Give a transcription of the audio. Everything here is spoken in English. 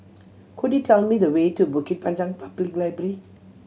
could you tell me the way to Bukit Panjang Public Library